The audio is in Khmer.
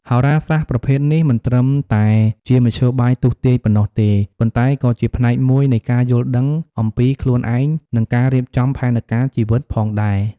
ហោរាសាស្ត្រប្រភេទនេះមិនត្រឹមតែជាមធ្យោបាយទស្សន៍ទាយប៉ុណ្ណោះទេ ប៉ុន្តែក៏ជាផ្នែកមួយនៃការយល់ដឹងអំពីខ្លួនឯង និងការរៀបចំផែនការជីវិតផងដែរ។